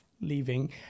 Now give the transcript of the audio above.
leaving